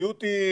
המציאות היא